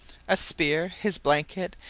a spear, his blanket,